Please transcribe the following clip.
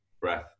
breath